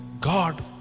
God